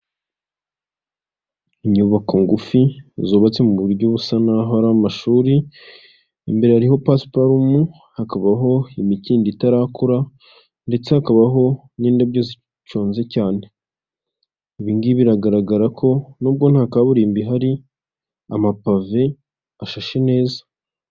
Inyubako ngufi zubatse mu buryo busa naho ari amashuri imbere hariho pasuparumu hakabaho imikindo itarakura ndetse hakabaho n'indabyo ziconze cyane, ibingibi biragaragara ko n'ubwo nta kaburimbo ihari amapave ashashe neza.